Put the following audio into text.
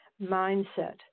mindset